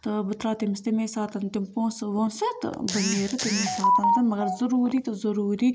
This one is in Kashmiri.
تہٕ بہٕ ترٛاو تٔمِس تَمے ساتہٕ تِم پونٛسہٕ وونٛسہٕ تہٕ بہٕ نیٖرٕ تَمے ساتہٕ مگر ضروٗری تہٕ ضروٗری